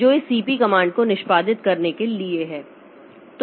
जो इस cp command को निष्पादित करने के लिए है